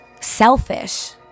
selfish